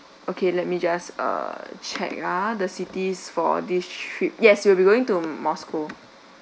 okay let me just err check uh the cities for this trip yes you will be going to moscow